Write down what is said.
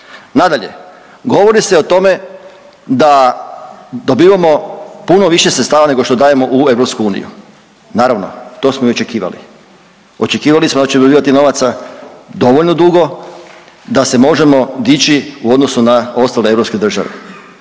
Nadalje, govori se o tome da dobivamo puno više sredstava nego što dajemo u EU. Naravno, to smo i očekivali. Očekivali smo da ćemo dobivati novaca dovoljno dugo da se možemo dići u odnosu na ostale europske države.